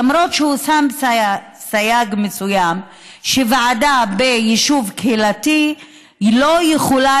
למרות שהוא שם סייג מסוים שוועדה ביישוב קהילתי לא יכולה